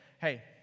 hey